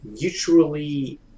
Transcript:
mutually